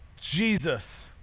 Jesus